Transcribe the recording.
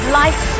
life